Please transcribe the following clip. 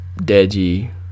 Deji